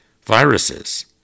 viruses